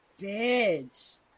bitch